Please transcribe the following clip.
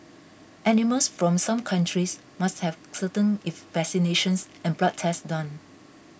animals from some countries must have certain if vaccinations and blood tests done